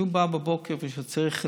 כשהוא בא בבוקר וצריך,